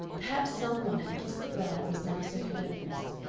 perhaps some one had kissed the brow that was now so cadaverous,